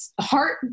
heart